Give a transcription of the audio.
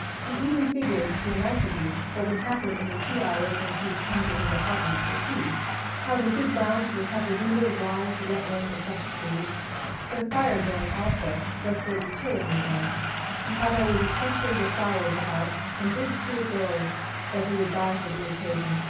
he even figured to a nicety what would happen in the two hours when she would come to his apartment for tea how the good bounds would have the windows wide to let in the fresh breeze but a fire going also lest there be chill in the air and how there would be clusters of flowers about in big cool bowls that he would buy for the occasion.